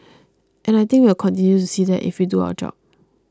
and I think we'll continue to see that if we do our job